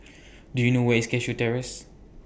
Do YOU know Where IS Cashew Terrace